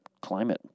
climate